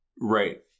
Right